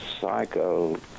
psycho